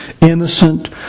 innocent